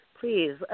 please